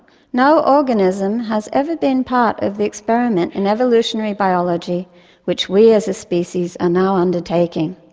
no organism has ever been part of the experiment in evolutionary biology which we as a species are now undertaking,